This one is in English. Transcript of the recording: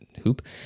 hoop